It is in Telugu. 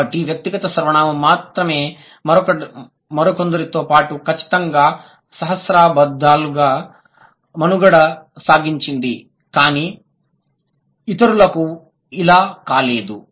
కాబట్టి వ్యక్తిగత సర్వనామం మాత్రమే మరికొందరితో పాటు ఖచ్చితంగా సహస్రాబ్దాలుగా మనుగడ సాగించింది కానీ ఇతరులకు ఇలా కాలేదు